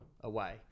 away